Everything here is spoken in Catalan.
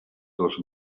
dos